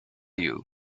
you